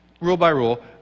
rule-by-rule